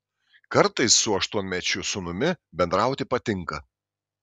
kartais su aštuonmečiu sūnumi bendrauti patinka